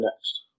next